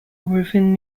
within